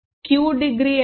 Q degree ఎంత